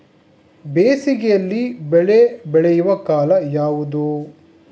ಬೇಸಿಗೆ ಯಲ್ಲಿ ಬೆಳೆ ಬೆಳೆಯುವ ಕಾಲ ಯಾವುದು?